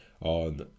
on